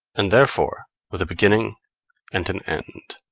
and therefore with a beginning and an end.